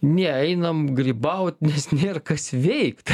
ne einam grybaut nes nėr kas veikt